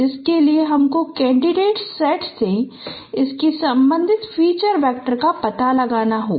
जिसके लिए हमको कैंडिडेट सेट में इसकी संबंधित फीचर वेक्टर का पता लगाना होगा